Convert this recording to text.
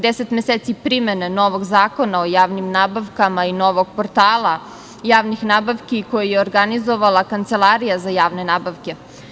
Deset meseci primene novog Zakona o javnim nabavkama i novog portala javnih nabavki koji je organizovala Kancelarija za javne nabavke.